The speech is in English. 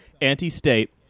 anti-state